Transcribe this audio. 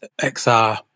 XR